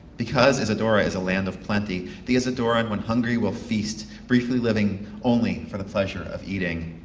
because isidora is a land of plenty, the isidoran, when hungry will feast, briefly living only for the pleasure of eating.